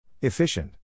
Efficient